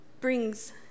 brings